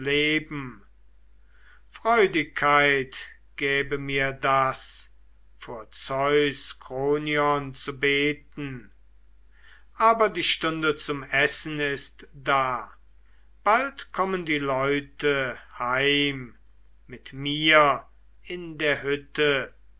freudigkeit gäbe mir das vor zeus kronion zu beten aber die stunde zum essen ist da bald kommen die leute heim mit mir in der hütte